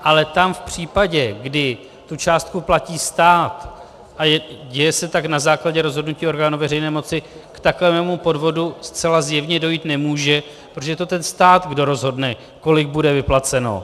Ale tam v případě, kdy tu částku platí stát a děje se tak na základě rozhodnutí orgánu veřejné moci, k takovému podvodu zcela zjevně dojít nemůže, protože je to ten stát, kdo rozhodne, kolik bude vyplaceno.